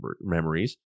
memories